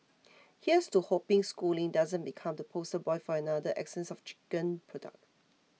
here's to hoping Schooling doesn't become the poster boy for another essence of chicken product